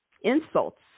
insults